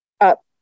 up